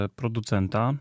producenta